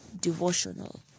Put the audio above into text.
devotional